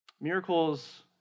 Miracles